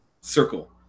circle